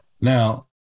Now